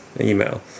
email